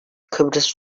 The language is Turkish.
kıbrıs